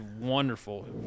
wonderful